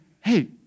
hey